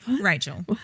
Rachel